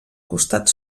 costat